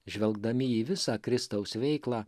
žvelgdami į visą kristaus veiklą